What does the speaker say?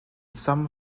some